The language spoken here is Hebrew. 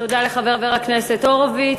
תודה לחבר הכנסת הורוביץ.